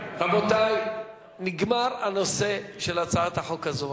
רבותי, נגמר הנושא של הצעת החוק הזאת.